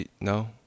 no